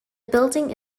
building